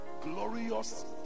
glorious